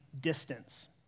distance